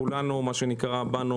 כולנו באנו